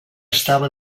estava